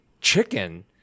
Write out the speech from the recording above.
chicken